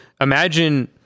imagine